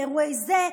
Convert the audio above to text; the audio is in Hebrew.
באירועי זה,